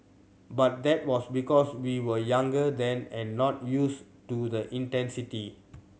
but that was because we were younger then and not used to the intensity